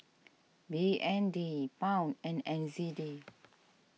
B N D Pound and N Z D